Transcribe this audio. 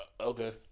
Okay